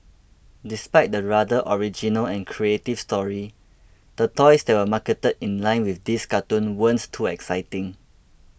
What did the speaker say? despite the rather original and creative story the toys that were marketed in line with this cartoon weren't too exciting